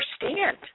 understand